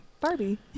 Barbie